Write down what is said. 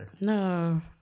No